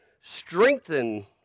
strengthen